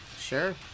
Sure